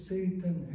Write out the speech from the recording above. Satan